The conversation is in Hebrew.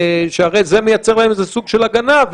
שהרי זה מייצר להם איזה סוג של הגנה,